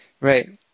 right